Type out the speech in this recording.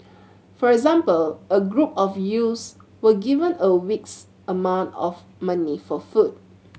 for example a group of youths were given a week's amount of money for food